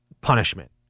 punishment